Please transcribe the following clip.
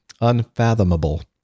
unfathomable